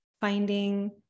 finding